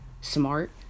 smart